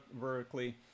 vertically